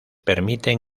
permiten